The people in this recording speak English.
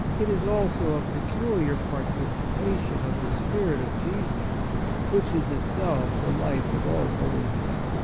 it is also a peculiar participation of the spirit of jesus which is itself the life of all holiness.